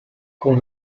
con